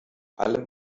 allem